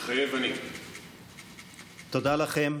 מתחייב אני תודה לכם.